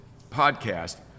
podcast